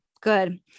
good